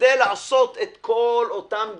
כדי לעשות את כל אותם גלגולים,